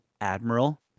admiral